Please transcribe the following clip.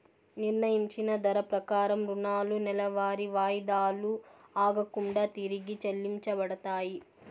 నిర్ణయించిన ధర ప్రకారం రుణాలు నెలవారీ వాయిదాలు ఆగకుండా తిరిగి చెల్లించబడతాయి